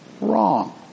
wrong